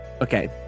okay